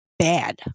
bad